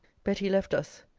betty left us.